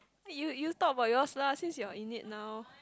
you you you talk about yours lah since you are in it now